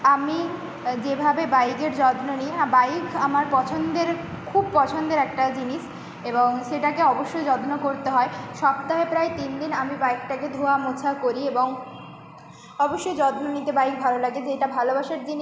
আমি যেভাবে বাইকের যত্ন নিই হ্যাঁ বাইক আমার পছন্দের খুব পছন্দের একটা জিনিস এবং সেটাকে অবশ্যই যত্ন করতে হয় সপ্তাহে প্রায় তিন দিন আমি বাইকটাকে ধোয়া মোছা করি এবং অবশ্যই যত্ন নিতে বাইক ভালো লাগে যে এটা ভালোবাসার জিনিস